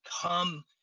come